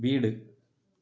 വീട്